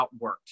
outworked